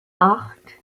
acht